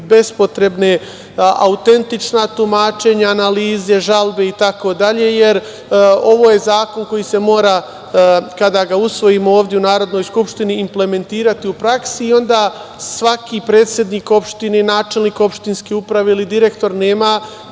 bespotrebna autentična tumačenja, analize, žalbe itd, jer ovo je zakon koji se mora, kada ga usvojimo ovde u Narodnoj skupštini, implementirati u praksi i onda svaki predsednik opštine i načelnik opštinske uprave ili direktor nema